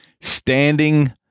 standing